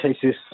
cases